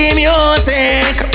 music